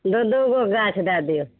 दू दूगो गाछ दए दियौ